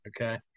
okay